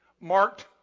marked